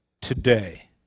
today